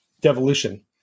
devolution